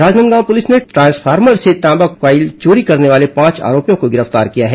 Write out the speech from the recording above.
Rajnandgaon police ने transformer से तांबा क्वाइल चोरी करने वाले पांच आरोपियों को गिरफ्तार किया है